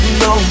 no